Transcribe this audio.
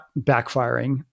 backfiring